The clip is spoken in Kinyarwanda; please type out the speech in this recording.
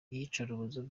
iyicarubozo